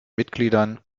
mitgliedern